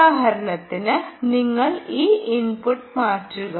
ഉദാഹരണത്തിന് നിങ്ങൾ ഈ ഇൻപുട്ട് മാറ്റുക